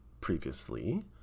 previously